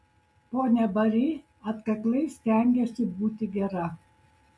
ponia bari atkakliai stengėsi būti gera